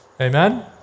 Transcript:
Amen